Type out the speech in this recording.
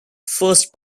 first